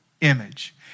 image